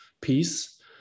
piece